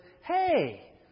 hey